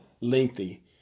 lengthy